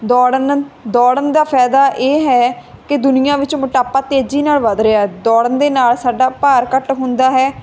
ਦੌੜਨ ਦੌੜਨ ਦਾ ਫਾਇਦਾ ਇਹ ਹੈ ਕਿ ਦੁਨੀਆਂ ਵਿੱਚ ਮੋਟਾਪਾ ਤੇਜ਼ੀ ਨਾਲ ਵੱਧ ਰਿਹਾ ਦੌੜਨ ਦੇ ਨਾਲ ਸਾਡਾ ਭਾਰ ਘੱਟ ਹੁੰਦਾ